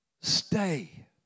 stay